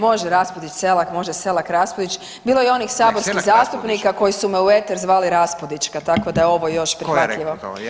Može Raspudić Selak, može Selak RAspudić, bilo je i onih saborskih zastupnika koji su me u eter zvali Raspudićka tako da je ovo još prihvatljivo.